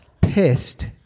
pissed